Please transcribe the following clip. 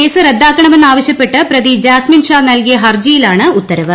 case റദ്ദാക്കണമെന്നാവശ്യപ്പെട്ട് പ്രതി ജാസ്മിൻ ഷാ നൽകിയ ഹർജിയിലാണ് ഉത്തരവ്